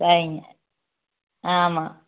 சரிங்க ஆமாம்